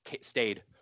stayed